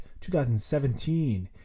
2017